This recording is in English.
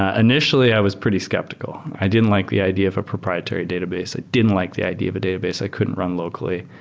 ah initially i was pretty skeptical. i didn't like the idea of a proprietary database. i didn't like the idea of a database i couldn't run locally.